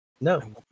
No